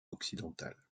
occidentale